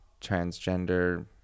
transgender